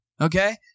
Okay